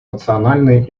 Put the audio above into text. национальные